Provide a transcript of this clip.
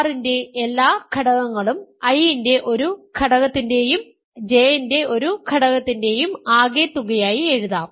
R ന്റെ എല്ലാ ഘടകങ്ങളും I ന്റെ ഒരു ഘടക ത്തിന്റെയും J ന്റെ ഒരു ഘടകത്തിന്റെയും ആകെത്തുകയായി എഴുതാം